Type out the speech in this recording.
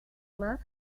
más